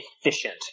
efficient